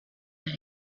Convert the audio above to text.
that